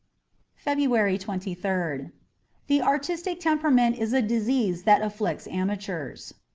february twenty third the artistic temperament is a disease that afflicts amateurs.